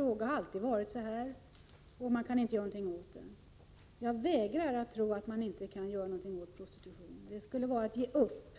Det har alltid varit så här. Man kan inte göra något åt det. Jag vägrar att tro att man inte kan göra någonting åt prostitutionen. Det skulle vara att ge upp.